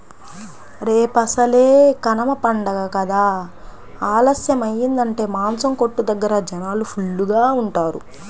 రేపసలే కనమ పండగ కదా ఆలస్యమయ్యిందంటే మాసం కొట్టు దగ్గర జనాలు ఫుల్లుగా ఉంటారు